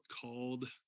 called